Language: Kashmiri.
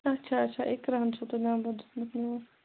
اَچھا اَچھا اِقراہَن چھُو تۄہہِ نَمبَر دیُتمُت میون